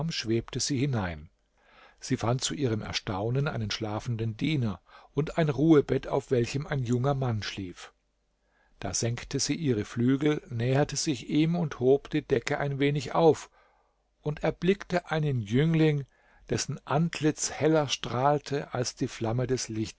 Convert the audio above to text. schwebte sie hinein sie fand zu ihrem erstaunen einen schlafenden diener und ein ruhebett auf welchem ein junger mann schlief da senkte sie ihre flügel näherte sich ihm und hob die decke ein wenig auf und erblickte einen jüngling dessen antlitz heller strahlte als die flamme des